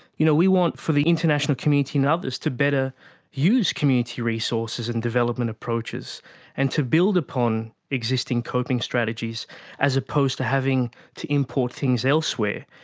you know, we want for the international community and others to better use community resources and development approaches and to build upon existing coping strategies as opposed to having to import things elsewhere,